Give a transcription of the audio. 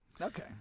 Okay